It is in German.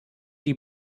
die